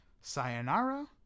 Sayonara